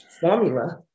formula